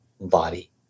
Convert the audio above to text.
body